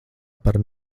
par